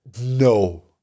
No